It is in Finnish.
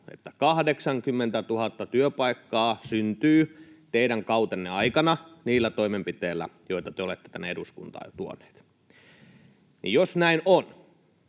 että 80 000 työpaikkaa syntyy teidän kautenne aikana niillä toimenpiteillä, joita te olette tänne eduskuntaan tuoneet, niin jos näin on,